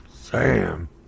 Sam